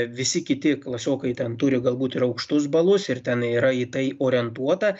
visi kiti klasiokai ten turi galbūt ir aukštus balus ir ten yra į tai orientuota